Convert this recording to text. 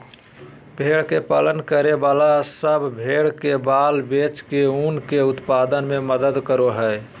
भेड़ के पालन करे वाला सब भेड़ के बाल बेच के ऊन के उत्पादन में मदद करो हई